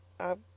I've